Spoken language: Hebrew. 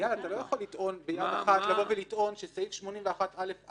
אייל, אתה לא יכול ביד אחת לטעון שסעיף 81א4,